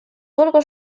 только